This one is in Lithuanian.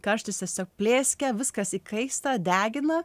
karštis tiesiog plėskia viskas įkaista degina